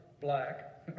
black